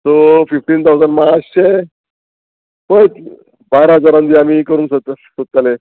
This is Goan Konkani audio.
सो फिफ्टीन थाउजंड मातशें पय बारा हजारान जी आमी करून सोदता सोदताले